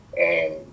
And-